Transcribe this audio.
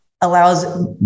allows